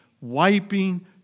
wiping